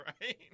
Right